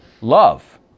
love